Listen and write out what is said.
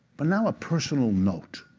but now a personal note.